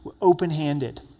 open-handed